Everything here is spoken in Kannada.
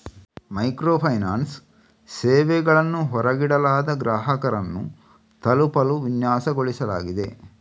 ಮೈಕ್ರೋ ಫೈನಾನ್ಸ್ ಸೇವೆಗಳನ್ನು ಹೊರಗಿಡಲಾದ ಗ್ರಾಹಕರನ್ನು ತಲುಪಲು ವಿನ್ಯಾಸಗೊಳಿಸಲಾಗಿದೆ